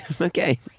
Okay